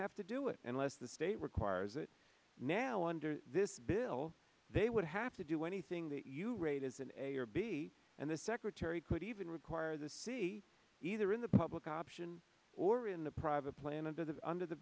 have to do it unless the state requires it now under this bill they would have to do anything that you rate as an a or b and the secretary could even require the see either in the public option or in the private plan a visit under the